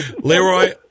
Leroy